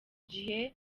gihe